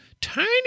tiny